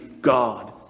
God